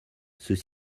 ceux